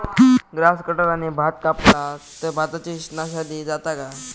Grass कटराने भात कपला तर भाताची नाशादी जाता काय?